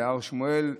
הר שמואל,